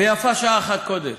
ויפה שעה אחת קודם.